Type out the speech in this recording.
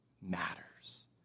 matters